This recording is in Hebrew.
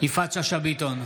יפעת שאשא ביטון,